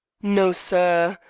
no, sir.